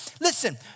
Listen